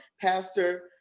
Pastor